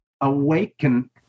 awaken